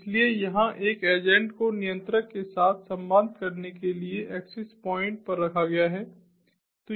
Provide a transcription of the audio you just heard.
इसलिए यहां एक एजेंट को नियंत्रक के साथ संवाद करने के लिए एक्सेस पॉइंट्स पर रखा गया है